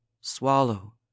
swallow